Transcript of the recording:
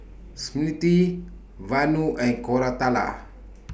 Smriti Vanu and Koratala